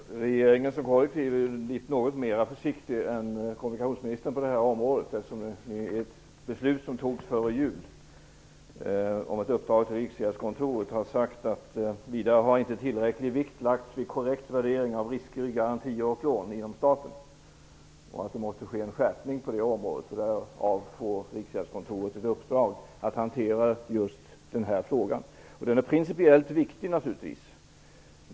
Fru talman! Regeringen som kollektiv är något mer försiktig än kommunikationsministern på det här området. I ett beslut regeringen fattade före jul om ett uppdrag till Riksgäldskontoret hette det att tillräcklig vikt inte hade lagts vid korrekt värdering av risker i garantier och lån inom staten. Det sades att det måste till en skärpning på det området, och Riksgäldskontoret fick i uppdrag att hantera frågan. Frågan är naturligtvis principiellt viktig.